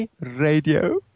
Radio